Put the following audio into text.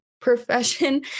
profession